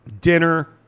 Dinner